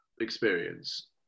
experience